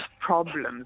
problems